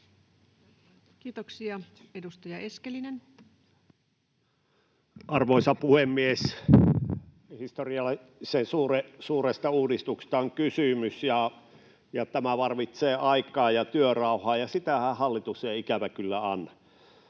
Kiitoksia. — Edustaja Eskelinen. Arvoisa puhemies! Historiallisen suuresta uudistuksesta on kysymys. Tämä tarvitsee aikaa ja työrauhaa, ja sitähän hallitus ei, ikävä kyllä, anna.